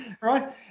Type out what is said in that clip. right